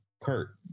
Kurt